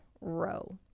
row